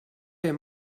fer